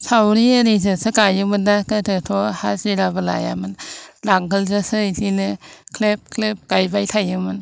सावरि ओरैजोंसो गायोमोनना गोदोथ' हाजिराबो लायामोन नांगोलजोसो बिदिनो ख्लेब ख्लेब गायबाय थायोमोन